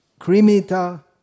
krimita